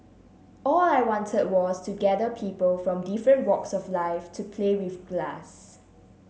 all I want was to gather people from different walks of life to play with glass